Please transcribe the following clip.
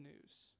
news